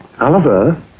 Oliver